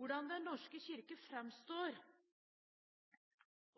Hvordan Den norske kirke framstår